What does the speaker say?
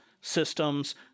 systems